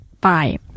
Bye